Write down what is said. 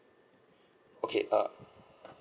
okay err